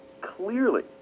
clearly